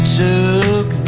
took